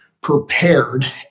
prepared